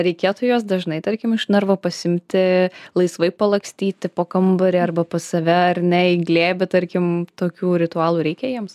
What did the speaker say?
reikėtų juos dažnai tarkim iš narvo pasiimti laisvai palakstyti po kambarį arba pas save ar ne į glėbį tarkim tokių ritualų reikia jiems